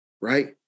right